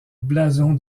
blason